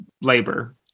labor